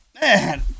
Man